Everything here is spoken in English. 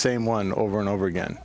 same one over and over again